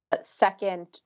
second